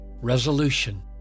Resolution